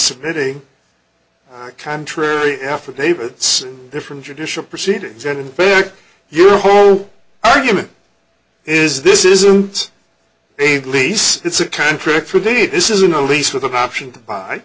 submitting contrary affidavit it's different judicial proceedings in your whole argument is this isn't a lease it's a contract for the this isn't a lease with an option by